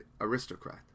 aristocrat